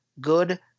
good